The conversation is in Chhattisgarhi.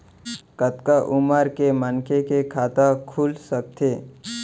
कतका उमर के मनखे के खाता खुल सकथे?